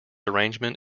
arrangement